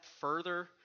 further